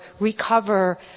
recover